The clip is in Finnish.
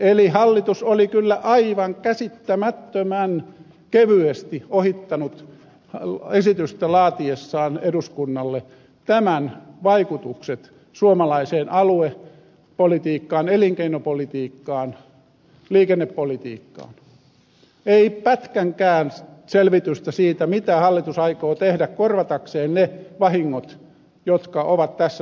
eli hallitus oli kyllä aivan käsittämättömän kevyesti ohittanut eduskunnalle esitystä laatiessaan tämän vaikutukset suomalaiseen aluepolitiikkaan elinkeinopolitiikkaan liikennepolitiikkaan ei pätkänkään selvitystä siitä mitä hallitus aikoo tehdä korvatakseen ne vahingot jotka ovat tässä syntymässä